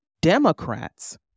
Democrats